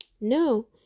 No